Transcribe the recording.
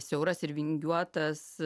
siauras ir vingiuotas